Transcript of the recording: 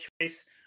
choice